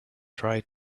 try